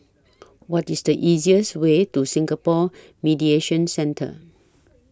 What IS The easiest Way to Singapore Mediation Centre